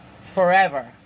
forever